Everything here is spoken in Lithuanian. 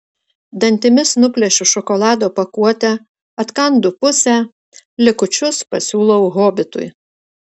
dantimis nuplėšiu šokolado pakuotę atkandu pusę likučius pasiūlau hobitui